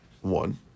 one